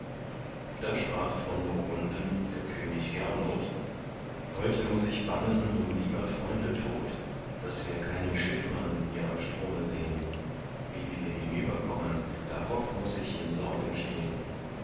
da sprach von burgunden der könig gernot heute muß ich bangen um lieber freunde tod da wir keinen schiffmann hier am strome sehn wie wir hinüber kommen darob muß ich in sorgen stehn